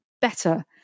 better